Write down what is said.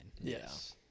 Yes